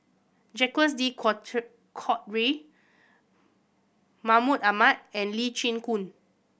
Jacques De Coutre Mahmud Ahmad and Lee Chin Koon